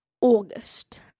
August